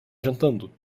jantando